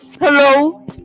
Hello